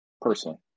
personally